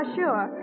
sure